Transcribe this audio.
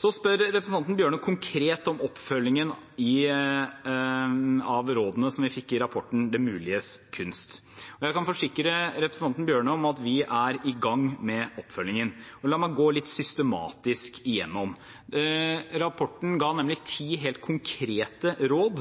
Så spør representanten Tynning Bjørnø konkret om oppfølgingen av rådene vi fikk i rapporten Det muliges kunst. Jeg kan forsikre representanten Tynning Bjørnø om at vi er i gang med oppfølgingen. La meg gå litt systematisk igjennom den. Rapporten ga nemlig ti helt konkrete råd.